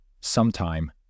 Sometime